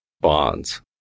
bonds